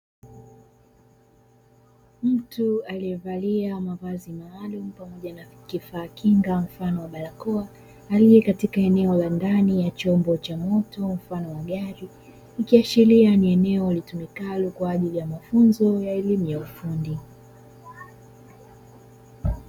Mtu aliyevalia mavazi maalumu pamoja na kifaa kinga mfano wa barakoa, aliye katika eneo la ndani ya chombo cha moto mfano wa gari, ikiashiria ni eneo litumikalo kwaajili ya mafunzo ya elimu ya ufundi.